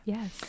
Yes